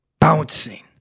bouncing